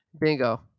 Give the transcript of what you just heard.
Bingo